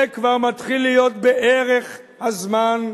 זה כבר מתחיל להיות בערך הזמן.